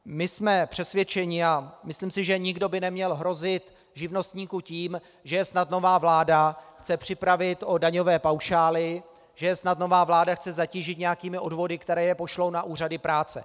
My jsme přesvědčeni a myslím si, že nikdo by neměl hrozit živnostníkům tím, že je snad nová vláda chce připravit o daňové paušály, že je snad nová vláda chce zatížit nějakými odvody, které je pošlou na úřady práce.